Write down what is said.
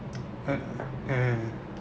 uh uh